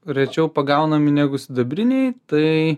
rečiau pagaunami negu sidabriniai tai